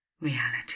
reality